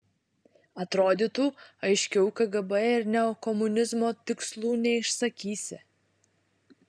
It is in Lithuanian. atrodytų aiškiau kgb ir neokomunizmo tikslų neišsakysi